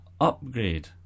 upgrade